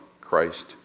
Christ